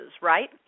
right